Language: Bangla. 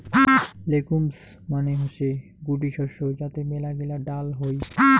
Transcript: লেগুমস মানে হসে গুটি শস্য যাতে মেলাগিলা ডাল হই